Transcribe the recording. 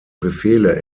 befehle